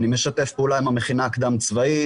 אני משתף פעולה עם המכינה הקדם-צבאית.